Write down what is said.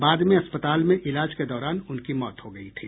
बाद में अस्पताल में इलाज के दौरान उनकी मौत हो गयी थी